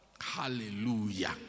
Hallelujah